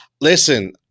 listen